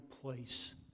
place